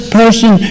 person